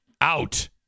out